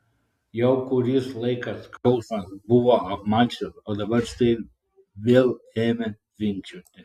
jau kuris laikas skausmas buvo apmalšęs o dabar štai vėl ėmė tvinkčioti